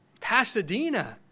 Pasadena